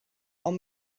ond